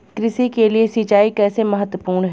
कृषि के लिए सिंचाई कैसे महत्वपूर्ण है?